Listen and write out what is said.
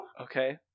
Okay